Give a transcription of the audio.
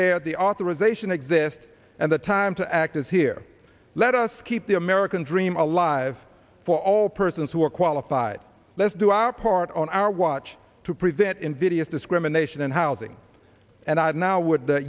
there the authorization exists and the time to act is here let us keep the american dream alive for all persons who are qualified let's do our part on our watch to prevent invidious discrimination in housing and i now w